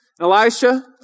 Elisha